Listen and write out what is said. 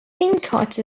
pinchot